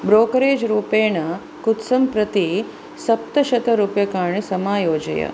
brokerage रूपेण कुत्सं प्रति सप्तशतरूप्यकाणि समायोजय